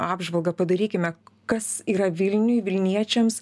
apžvalgą padarykime kas yra vilniuj vilniečiams